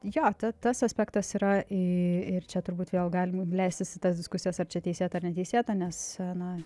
jo ta tas aspektas yra i ir čia turbūt vėl galima leistis į tas diskusijas ar čia teisėta ar neteisėta nes na